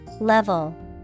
Level